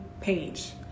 page